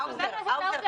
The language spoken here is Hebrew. עדיף